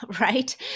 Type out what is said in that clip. right